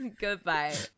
Goodbye